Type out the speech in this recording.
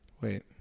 Wait